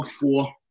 four